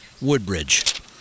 Woodbridge